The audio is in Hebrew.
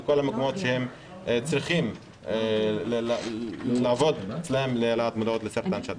בכל המקומות שצריכים לעבוד אצלם להעלאת מודעות לסרטן שד.